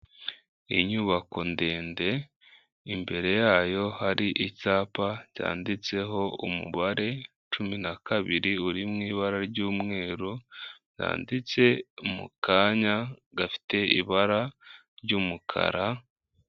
Inyubako ndende imbere yayo hari icyapa cyanditseho umubare cumi na kabiri uri mu ibara ry'umweru, bwanditse mu kanya gafite ibara ry'umukara.